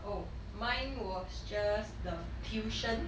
oh mine was just the tuition